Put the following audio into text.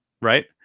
Right